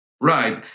Right